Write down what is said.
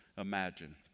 imagine